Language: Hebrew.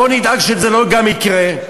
בוא נדאג שזה גם לא יקרה,